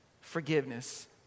forgiveness